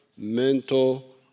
mental